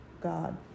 God